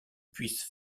puisse